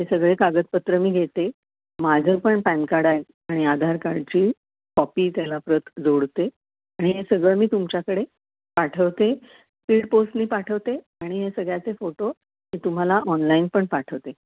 हे सगळे कागदपत्रं मी घेते माझं पण पॅन कार्ड आहे आणि आधार कार्डची कॉपी त्याला प्रत जोडते आणि हे सगळं मी तुमच्याकडे पाठवते स्पीड पोस्टनी पाठवते आणि हे सगळ्याचे फोटो मी तुम्हाला ऑनलाईन पण पाठवते